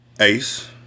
Ace